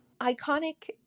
iconic